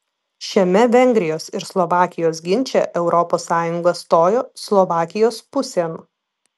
šiame vengrijos ir slovakijos ginče europos sąjunga stojo slovakijos pusėn